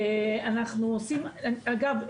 אגב,